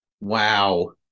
Wow